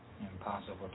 Impossible